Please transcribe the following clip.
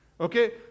Okay